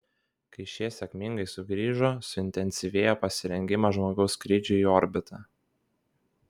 kai šie sėkmingai sugrįžo suintensyvėjo pasirengimas žmogaus skrydžiui į orbitą